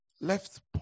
left